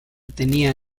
tenía